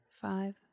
Five